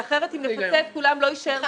אם נפצה את כולם, לא יישאר.